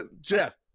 Jeff